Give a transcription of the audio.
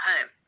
home